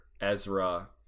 ezra